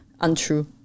untrue